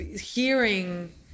hearing